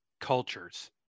cultures